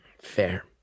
Fair